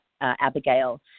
Abigail